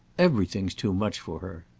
everything's too much for her.